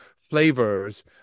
flavors